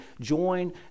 join